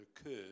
occurred